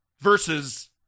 versus